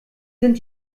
sind